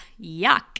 yuck